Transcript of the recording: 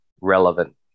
relevant